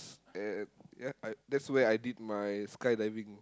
and ya I that's where I did my skydiving